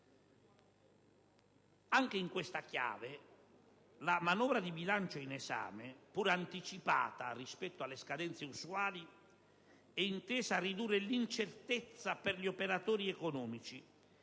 Anche in questa chiave la manovra di bilancio in esame, pur anticipata rispetto alle scadenze usuali, è intesa a ridurre l'incertezza per gli operatori economici